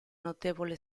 notevole